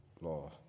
law